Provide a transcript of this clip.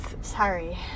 Sorry